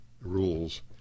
rules